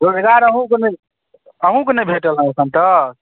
रोजगार अहूँके नहि अहूँके नहि भेटलहँ एखन तक